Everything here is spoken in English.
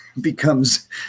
becomes